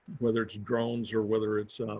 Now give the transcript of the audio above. whether it's drones, or whether it's